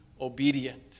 obedient